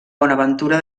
bonaventura